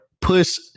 push